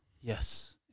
Yes